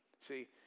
See